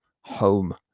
home